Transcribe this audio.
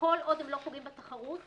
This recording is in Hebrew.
שכל עוד הם לא פוגעים בתחרות,